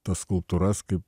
tas skulptūras kaip